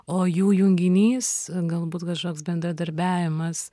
o jų junginys galbūt kažkoks bendradarbiavimas